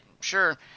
sure